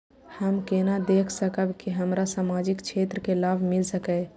हम केना देख सकब के हमरा सामाजिक क्षेत्र के लाभ मिल सकैये?